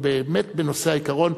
הוא באמת בנושא העיקרון.